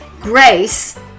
grace